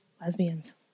Lesbians